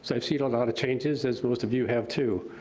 so i've seen a lot of changes, as most of you have, too.